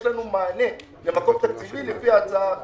לנו מענה למקור תקציבי לפי ההצעה שהצגנו.